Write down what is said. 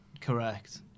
correct